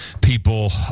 People